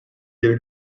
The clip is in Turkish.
geri